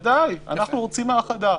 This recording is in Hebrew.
ודאי, אנחנו רוצים האחדה.